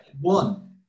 one